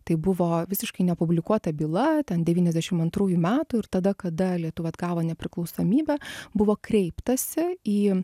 tai buvo visiškai nepublikuota byla ten devyniasdešim antrųjų metų ir tada kada lietuva atgavo nepriklausomybę buvo kreiptasi į